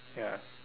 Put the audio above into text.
ya